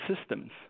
systems